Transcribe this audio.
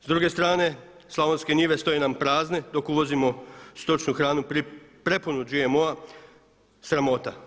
S druge strane slavonske njive stoje nam prazne dok uvozimo stočnu hranu prepunu GMO-a, sramota.